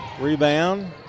Rebound